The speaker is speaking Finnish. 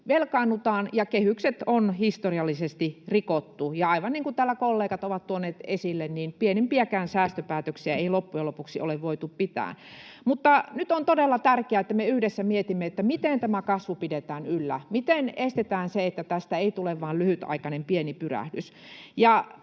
velkaannutaan ja kehykset on historiallisesti rikottu, ja — aivan niin kuin täällä kollegat ovat tuoneet esille — pienimpiäkään säästöpäätöksiä ei loppujen lopuksi ole voitu pitää. Mutta nyt on todella tärkeää, että me yhdessä mietimme, miten tätä kasvua pidetään yllä. Miten estetään se, että tästä ei tule vain lyhytaikainen pieni pyrähdys?